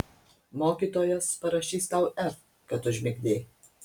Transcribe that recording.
mokytojas parašys tau f kad užmigdei